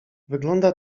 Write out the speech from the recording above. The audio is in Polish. wygląda